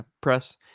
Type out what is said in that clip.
Press